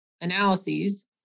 analyses